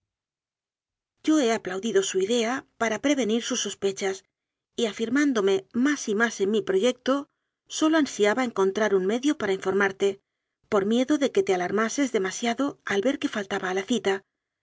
yo he aplaudido su idea para prevenir sus sos pechas y afirmándome más y más en mi proyecto sólo ansiaba encontrar un medio para informarte por miedo de que te alarmases demasiado al ver que faltaba a la cita